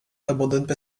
abandonnent